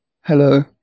Hello